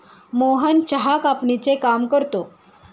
मोहन चहा कापणीचे काम करतो